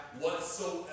whatsoever